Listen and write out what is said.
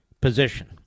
position